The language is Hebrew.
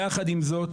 יחד עם זאת